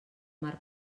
mar